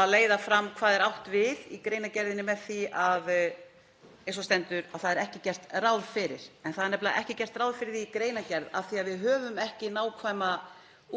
að leiða fram hvað er átt við í greinargerðinni með því, eins og stendur, að það sé ekki gert ráð fyrir þessu. Það er nefnilega ekki gert ráð fyrir því í greinargerð af því að við höfum ekki nákvæma